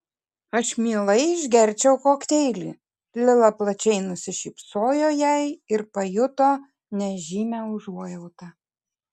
aš mielai išgerčiau kokteilį lila plačiai nusišypsojo jai ir pajuto nežymią užuojautą